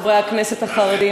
ניצחתם, חברי הכנסת החרדים.